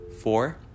four